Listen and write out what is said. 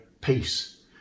peace